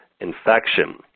Infection